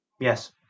Yes